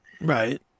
Right